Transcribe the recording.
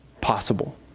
possible